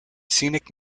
scenic